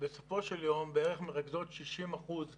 בסופו של יום מרכזות בערך 60 אחוזים